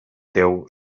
teu